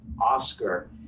Oscar